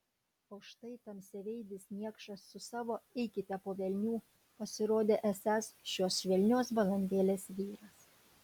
o štai tamsiaveidis niekšas su savo eikite po velnių pasirodė esąs šios švelnios balandėlės vyras